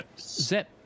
Zep